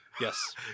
Yes